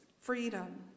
freedom